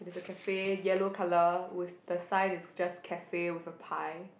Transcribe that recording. there's a cafe yellow colour with the sign is just cafe with a pie